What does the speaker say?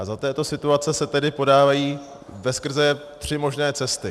Za této situace se tedy podávají veskrze tři možné cesty.